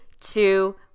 two